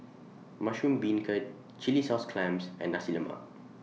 Mushroom Beancurd Chilli Sauce Clams and Nasi Lemak